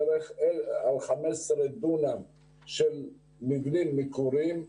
15 דונם של מבנים מקורים,